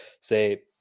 say